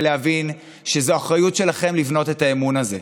ולהבין שזו אחריות שלכם לבנות את האמון הזה,